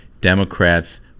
Democrats